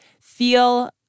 feel